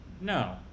No